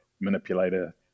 manipulator